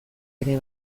ere